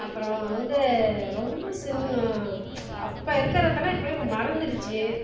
அப்புறம் வந்து ரொம்ப சின்ன அப்போ இருக்கிறதெல்லாம் இப்போல்லாம் மறந்துடுச்சு